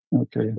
okay